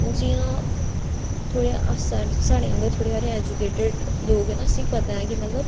हून जियां थोह्ड़े अस साढ़े आंह्गर थोह्ड़े हारे ऐजुकेटड लोक न असें पता के मतलब